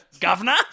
Governor